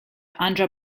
andhra